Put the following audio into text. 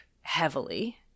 heavily